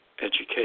education